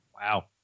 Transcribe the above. Wow